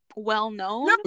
well-known